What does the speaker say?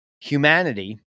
humanity